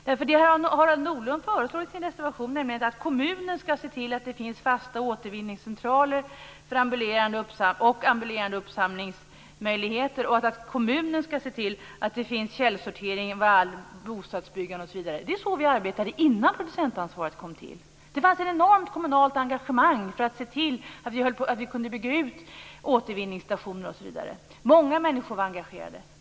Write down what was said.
Det Harald Nordlund föreslår i sin reservation är nämligen att kommunen skall se till att det finns fasta återvinningscentraler och ambulerande uppsamlingsmöjligheter och att kommunen skall se till att det finns källsortering. Det gäller bl.a. bostadsbyggande. Det var så vi arbetade innan producentansvaret kom till. Det fanns ett enormt kommunalt engagemang för att se till att vi kunde bygga ut återvinningsstationer osv. Många människor var engagerade.